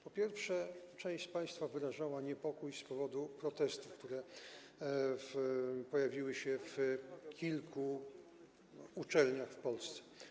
Po pierwsze, część z państwa wyrażała niepokój z powodu protestów, które pojawiły się na kilku uczelniach w Polsce.